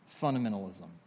fundamentalism